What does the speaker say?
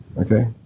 okay